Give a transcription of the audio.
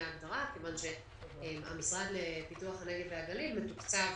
ההגדרה כיוון שהמשרד לפיתוח הנגב והגליל מתוקצב